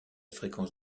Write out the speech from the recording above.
fréquence